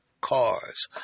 cars